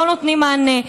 שלא נותנים מענה.